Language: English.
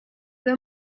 the